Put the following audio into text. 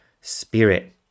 spirit